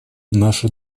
наши